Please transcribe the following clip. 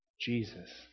Jesus